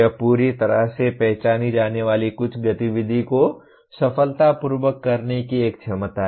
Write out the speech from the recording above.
यह पूरी तरह से पहचानी जाने वाली कुछ गतिविधि को सफलतापूर्वक करने की एक क्षमता है